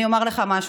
אני אומר לך משהו,